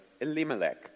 Elimelech